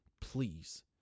Please